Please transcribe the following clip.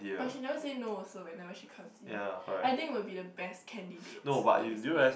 but she never say no also whenever she comes in I think we'll be the best candidates for this year